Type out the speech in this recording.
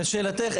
לשאלתךְ,